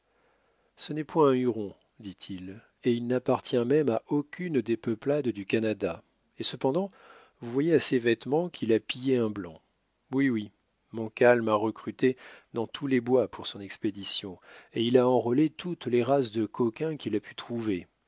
ce n'est point un huron dit-il et il n'appartient même à aucune des peuplades du canada et cependant vous voyez à ses vêtements qu'il a pillé un blanc oui oui montcalm a recruté dans tous les bois pour son expédition et il a enrôlé toutes les races de coquins qu'il a pu trouver